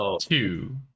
two